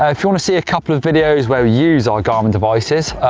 ah if you want to see a couple of videos where we use our garmin devices.